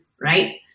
right